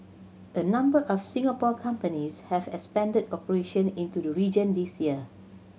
a number of Singapore companies have expanded operation into the region this year